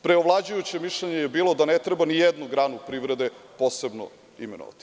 Preovlađujuće mišljenje je bilo da ne treba ni jednu granu privrede posebno imenovati.